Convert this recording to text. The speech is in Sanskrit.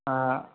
हा